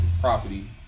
Property